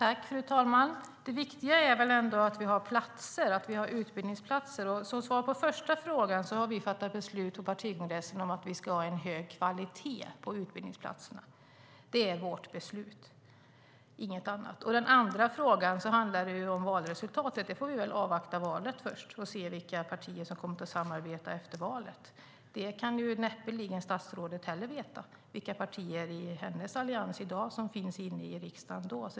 Fru talman! Det viktiga är väl ändå att vi har utbildningsplatser. Svaret på den första frågan är att vi har fattat beslut på partikongressen om att vi ska ha en hög kvalitet på utbildningsplatserna. Det är vårt beslut, inget annat. Svaret på den andra frågan beror på valresultatet. Vi får först avvakta valet och se vilka partier som kommer att samarbeta efter valet. Statsrådet kan näppeligen veta vilka av de partier som ingår i hennes allians i dag som finns i riksdagen då.